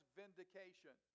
vindication